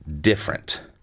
different